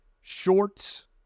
shorts